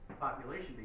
population